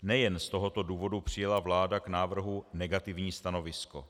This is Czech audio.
Nejen z tohoto důvodu přijala vláda k návrhu negativní stanovisko.